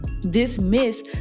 dismiss